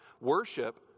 Worship